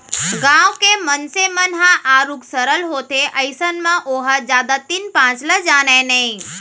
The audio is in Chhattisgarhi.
गाँव के मनसे मन ह आरुग सरल होथे अइसन म ओहा जादा तीन पाँच ल जानय नइ